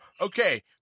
Okay